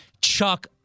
Chuck